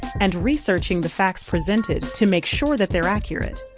and researching the facts presented to make sure that they're accurate.